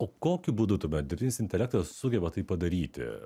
o kokiu būdu tuomet dirbtinis intelektas sugeba tai padaryti